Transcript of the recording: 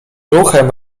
ruchem